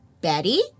Betty